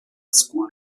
school